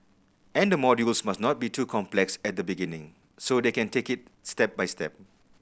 and the modules must not be too complex at the beginning so they can take it a step by step